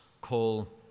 call